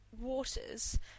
Waters